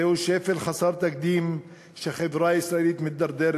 זהו שפל חסר תקדים שהחברה הישראלית מידרדרת